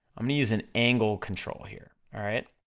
i'm gonna use an angle control here, alright?